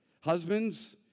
Husbands